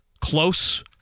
close